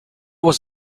was